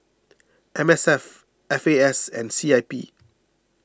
M S F F A S and C I P